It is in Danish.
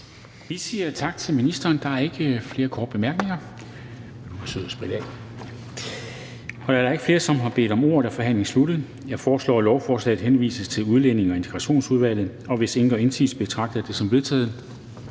Vi siger tak til ministeren. Der er ikke flere korte bemærkninger. Da der ikke er flere, som har bedt om ordet, er forhandlingen sluttet. Jeg foreslår, at lovforslaget henvises til Udlændinge- og Integrationsudvalget. Hvis ingen gør indsigelse, betragter jeg det som vedtaget.